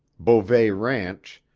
beauvais ranch,